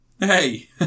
Hey